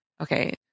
okay